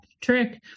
trick